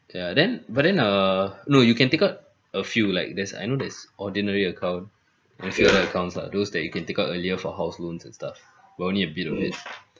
ya then but then err no you can take out a few like there's I know there's ordinary account and few other accounts lah those that you can take out earlier for house loans and stuff but only a bit of it